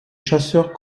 chasseurs